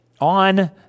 on